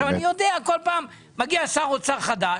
אני יודע, בכל פעם מגיע שר אוצר חדש,